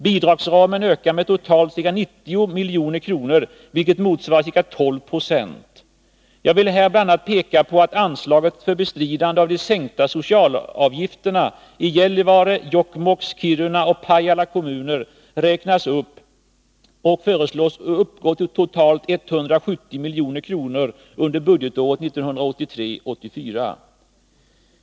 Bidragsramen ökar med totalt ca 90 milj.kr., vilket motsvarar ca 12 70. Jag vill här bl.a. peka på att anslaget för bestridande av de sänkta socialavgifterna i Gällivare, Jokkmokks, Kiruna och Pajala kommuner räknas upp och föreslås uppgå till totalt 170 milj.kr. under budgetåret 1983/84.